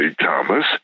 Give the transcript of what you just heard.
Thomas